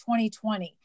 2020